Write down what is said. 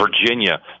Virginia